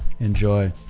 Enjoy